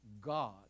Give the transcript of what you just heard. God